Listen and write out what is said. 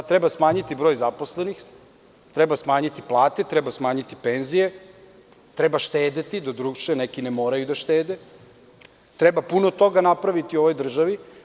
Sad treba smanjiti broj zaposlenih, treba smanjiti plate, treba smanjiti penzije, treba štedeti, doduše neki ne moraju da štede, treba puno toga napraviti u ovoj državi.